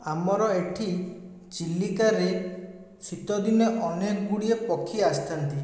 ଆମର ଏଠି ଚିଲିକାରେ ଶୀତ ଦିନେ ଅନେକ ଗୁଡ଼ିଏ ପକ୍ଷୀ ଆସିଥାନ୍ତି